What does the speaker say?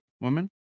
Woman